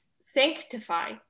sanctify